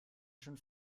schon